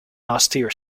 austere